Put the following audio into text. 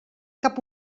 cap